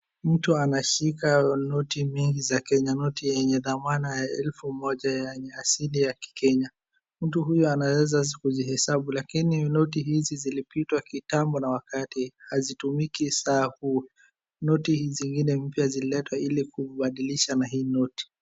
Mtu anashika noti mingi za Kenya noti yenye dhamana ya elfu moja yenye ya asili ya kikenya. Mtu huyo anaweza kuzihesabu, lakini noti hizi zilipitwa kitambo na wakati hazitumiki sasa huu. Noti zingine mpya zililetwa ili kubadilisha na hii noti.